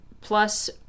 Plus